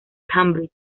cambridge